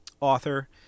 author